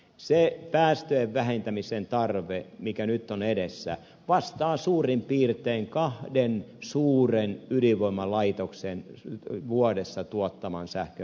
se päästöjen vähentämisen tarve mikä nyt on edessä vastaa suurin piirtein kahden suuren ydinvoimalaitoksen vuodessa tuottaman sähkön määrää